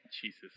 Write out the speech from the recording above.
Jesus